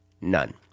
None